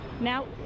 now